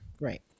right